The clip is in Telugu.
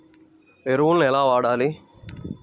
ఎరువులను ఎలా వాడాలి?